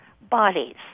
bodies